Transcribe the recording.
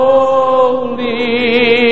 Holy